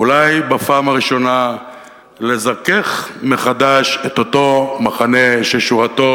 אולי בפעם הראשונה לזכך מחדש את אותו מחנה ששורתו